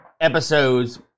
episodes